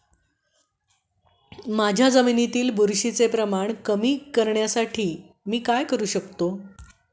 माझ्या जमिनीत बुरशीचे प्रमाण वाढवण्यासाठी मी काय करू शकतो?